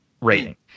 rating